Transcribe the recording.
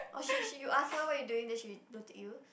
oh she she you ask her what you doing then she blue tick you